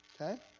Okay